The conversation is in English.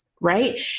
right